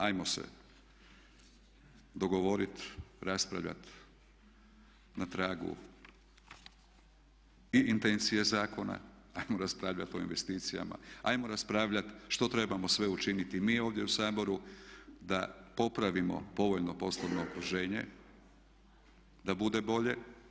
Ajmo se dogovoriti, raspravljati na tragu i intencije zakona, ajmo raspravljati o investicijama, ajmo raspravljati što trebamo sve učiniti mi ovdje u Saboru da popravimo povoljno poslovno okruženje, da bude bolje.